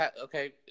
okay